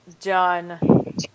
done